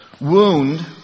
wound